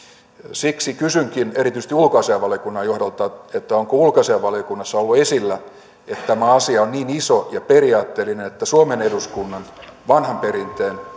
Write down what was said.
siksi kysynkin erityisesti ulkoasiainvaliokunnan johdolta onko ulkoasiainvaliokunnassa ollut esillä että tämä asia on niin iso ja periaatteellinen että suomen eduskunnan vanhan perinteen